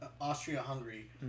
Austria-Hungary